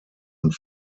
und